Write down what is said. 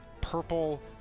purple